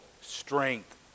strength